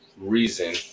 reason